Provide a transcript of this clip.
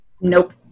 Nope